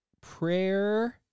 prayer